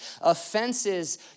offenses